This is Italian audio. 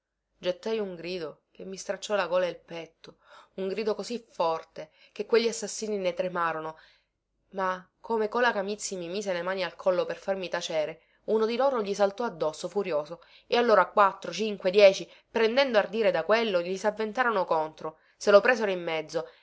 gettai un grido che mi stracciò la gola e il petto un grido così forte che quegli assassini ne tremarono ma come cola camizzi mi mise le mani al collo per farmi tacere uno di loro gli saltò addosso furioso e allora quattro cinque dieci prendendo ardire da quello gli savventarono contro se lo presero in mezzo